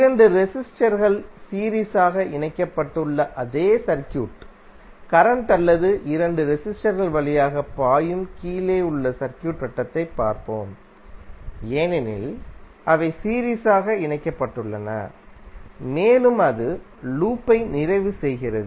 இரண்டு ரெசிஸ்டர் கள் சீரீஸ் ஆக இணைக்கப்பட்டுள்ள அதே சர்க்யூட் கரண்ட் அல்லது இரண்டு ரெசிஸ்டர் கள் வழியாக பாயும் கீழே உள்ள சர்க்யூட் வட்டத்தைப் பார்ப்போம் ஏனெனில் அவை சீரீஸ் ஆக இணைக்கப்பட்டுள்ளன மேலும் அது லூப்பை நிறைவு செய்கிறது